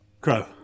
Crow